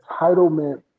entitlement